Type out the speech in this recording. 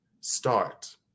Start